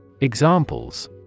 Examples